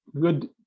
good